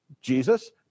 Jesus